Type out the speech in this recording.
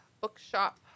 Bookshop